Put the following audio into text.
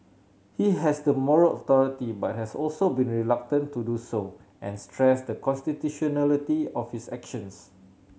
he has the moral authority but has also been reluctant to do so and stressed the constitutionality of his actions